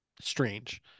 Strange